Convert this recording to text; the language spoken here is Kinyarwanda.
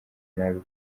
nabi